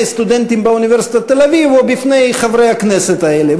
סטודנטים באוניברסיטת תל-אביב או בפני חברי הכנסת האלה,